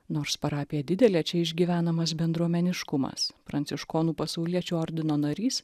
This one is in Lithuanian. nors parapija didelė čia išgyvenamas bendruomeniškumas pranciškonų pasauliečių ordino narys